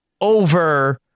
over